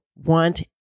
Want